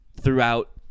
throughout